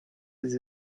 des